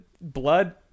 blood